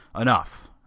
enough